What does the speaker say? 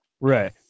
Right